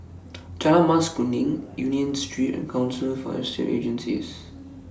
Jalan Mas Kuning Union Street and Council For Estate Agencies